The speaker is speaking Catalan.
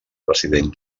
president